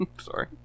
Sorry